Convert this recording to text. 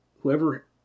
whoever